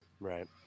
Right